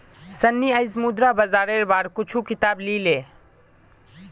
सन्नी आईज मुद्रा बाजारेर बार कुछू किताब ली ले